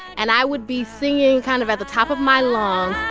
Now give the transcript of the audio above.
and i would be singing kind of at the top of my lungs